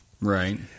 Right